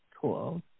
cool